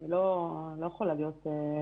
אני לא יכולה להיות נביאה,